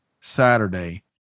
Saturday